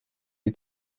die